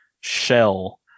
shell